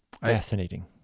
Fascinating